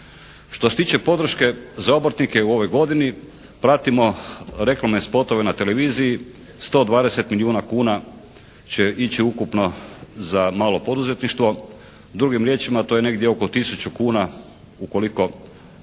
Što se tiče podrške za obrtnike u ovoj godini pratimo reklamne spotove na televiziji, 120 milijuna kuna će ići ukupno za malo poduzetništvo. Drugim riječima to je negdje oko tisuću kuna ukoliko